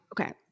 Okay